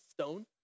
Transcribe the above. stone